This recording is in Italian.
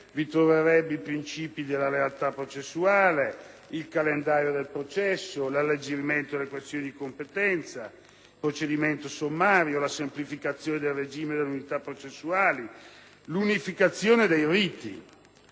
vi troverebbe i principi della lealtà processuale, il calendario del processo, l'alleggerimento delle questioni di competenza, il procedimento sommario, la semplificazione del regime delle nullità processuali, l'unificazione dei riti.